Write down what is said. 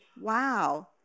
Wow